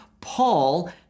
Paul